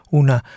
una